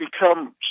become